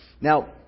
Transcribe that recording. Now